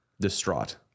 distraught